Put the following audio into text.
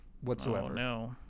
whatsoever